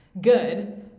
good